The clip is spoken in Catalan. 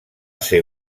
ser